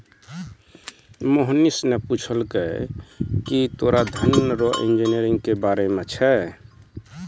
मोहनीश ने पूछलकै की तोरा धन रो इंजीनियरिंग के बारे मे छौं?